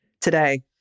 today